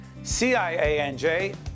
CIANJ